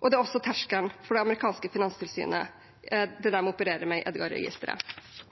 og det er også terskelen det amerikanske finanstilsynet opererer med i